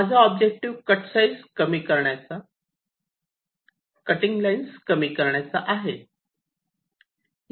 माझा objective cut size कमी करण्याचा कटिंग लाईन्स कमी करण्याचा आहे